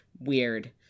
weird